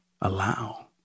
allow